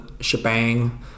shebang